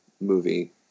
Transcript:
movie